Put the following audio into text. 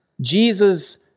Jesus